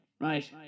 Right